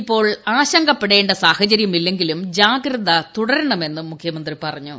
ഇപ്പോൾ ആശങ്കപ്പെടേ സാഹചര്യമില്ലെങ്കിലും ജാഗ്രത തുടരണ്മെന്നും മുഖ്യമന്ത്രി പറഞ്ഞു